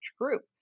group